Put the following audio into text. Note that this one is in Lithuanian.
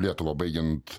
lietuva baigiant